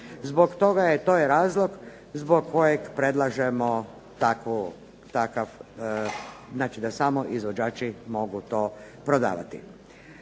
To je razlog zbog kojeg predlažemo takav, znači da samo izvođači mogu to prodavati.